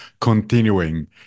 continuing